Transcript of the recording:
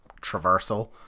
traversal